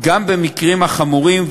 גם במקרים החמורים,